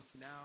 now